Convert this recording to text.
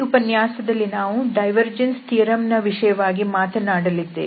ಈ ಉಪನ್ಯಾಸದಲ್ಲಿ ನಾವು ಡೈವರ್ಜೆನ್ಸ್ ಥಿಯರಂ ನ ವಿಷಯವಾಗಿ ಮಾತನಾಡಲಿದ್ದೇವೆ